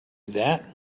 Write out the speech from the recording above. that